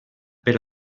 per